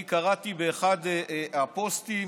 אני קראתי באחד הפוסטים